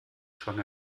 schwang